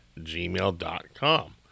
gmail.com